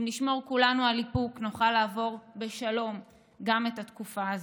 אם נשמור כולנו על איפוק נוכל לעבור בשלום גם את התקופה הזאת.